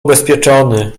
ubezpieczony